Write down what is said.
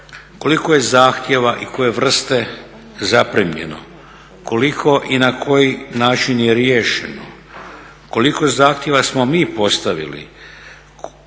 koliko je zahtjeva i koje vrste zaprimljeno, koliko i na koji način je riješeno, koliko zahtjeva smo mi postavili,